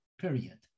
period